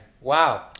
Wow